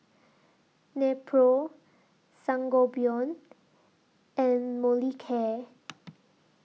Nepro Sangobion and Molicare